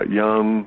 young